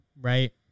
Right